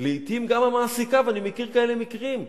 לעתים גם המעסיקה, ואני מכיר כאלה מקרים,